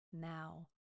now